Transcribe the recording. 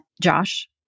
Josh